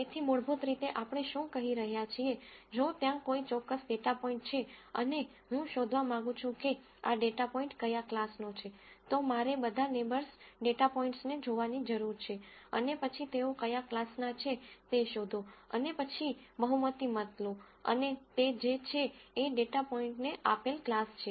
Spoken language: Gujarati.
તેથી મૂળભૂત રીતે આપણે શું કહી રહ્યા છીએ જો ત્યાં કોઈ ચોક્કસ ડેટા પોઇન્ટ છે અને હું શોધવા માંગું છું કે આ ડેટા પોઇન્ટ કયા ક્લાસનો છે તો મારે બધા નેબર્સ ડેટા પોઇન્ટ્સને જોવાની જરૂર છે અને પછી તેઓ કયા ક્લાસના છે તે શોધો અને પછી બહુમતી મત લો અને તે જે છે એ ડેટા પોઇન્ટને આપેલ ક્લાસ છે